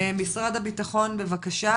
משרד הבטחון בבקשה,